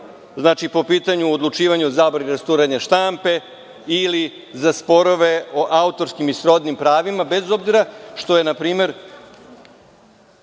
znači po pitanju odlučivanja o zabrani rasturanja štampe ili za sporove o autorskim i srodnim pravima, bez obzira što je na primer,